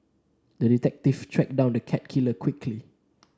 the detective tracked down the cat killer quickly